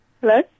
Hello